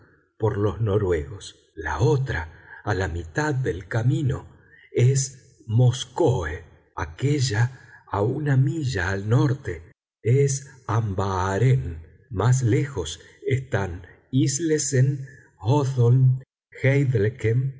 por los noruegos la otra a la mitad del camino es móskoe aquélla a una milla al norte es ambaaren más lejos están islesen